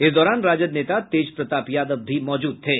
इस दौरान राजद नेता तेजप्रताप यादव भी मौजूद थे